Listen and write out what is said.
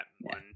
one